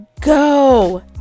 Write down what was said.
Go